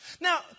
Now